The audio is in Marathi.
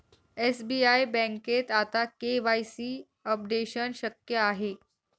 एस.बी.आई बँकेत आता के.वाय.सी अपडेशन शक्य आहे